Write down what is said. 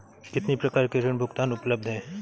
कितनी प्रकार के ऋण भुगतान उपलब्ध हैं?